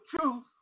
truth